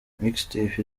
mixtape